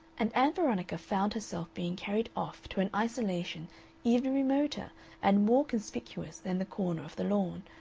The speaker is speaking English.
and ann veronica found herself being carried off to an isolation even remoter and more conspicuous than the corner of the lawn,